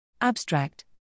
Abstract